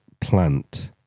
plant